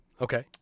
Okay